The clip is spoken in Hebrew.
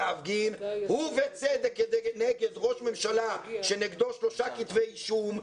להפגין ובצדק נגד ראש ממשלה שנגדו שלושה כתבי אישום,